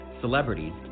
celebrities